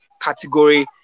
category